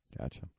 Gotcha